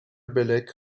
bellec